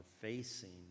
facing